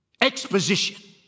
exposition